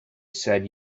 said